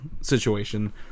situation